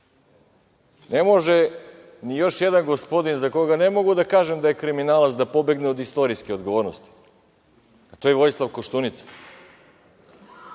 može ni još jedan gospodin, za koga ne mogu da kažem da je kriminalac, da pobegne od istorijske odgovornosti, a to je Vojislav Koštunica.